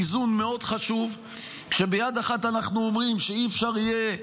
איזון מאוד חשוב עכשיו: ביד אחת אנחנו אומרים שלא יהיה אפשר,